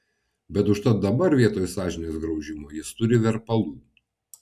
bet užtat dabar vietoj sąžinės graužimo jis turi verpalų